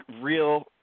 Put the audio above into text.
real